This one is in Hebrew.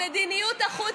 על זה אין ויכוח.